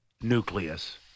nucleus